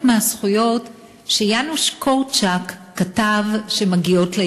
מהזכויות שיאנוש קורצ'אק כתב שמגיעות לילד.